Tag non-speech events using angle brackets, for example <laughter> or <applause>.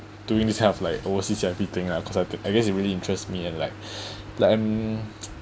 doing this kind of like overseas everything lah because I th~ I guess it really interest me and like <breath> like um <noise>